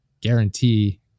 guarantee